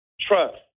trust